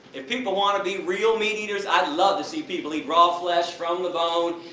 if people want to be real meat eaters, i'd love to see people eat raw flesh from the bone,